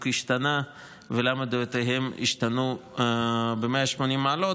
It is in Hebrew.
השתנה ולמה דעותיהם השתנו ב-180 מעלות.